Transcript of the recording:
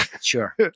Sure